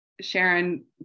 Sharon